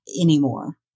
anymore